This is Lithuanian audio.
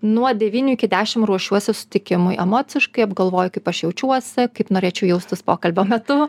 nuo devynių iki dešimt ruošiuosi susitikimui emociškai apgalvoju kaip aš jaučiuosi kaip norėčiau jaustis pokalbio metu